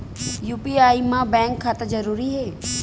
UPI मा bank खाता जरूरी हे?